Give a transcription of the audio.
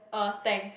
uh thanks